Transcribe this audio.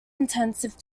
intensive